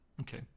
okay